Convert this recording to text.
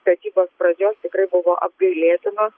statybos pradžios tikrai buvo apgailėtinos